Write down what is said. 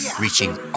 reaching